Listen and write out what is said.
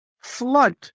flood